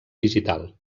digital